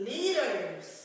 Leaders